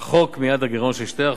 רחוק מיעד הגירעון של 2%,